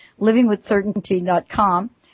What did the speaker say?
livingwithcertainty.com